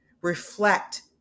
reflect